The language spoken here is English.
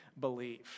believe